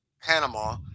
panama